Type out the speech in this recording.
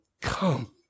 come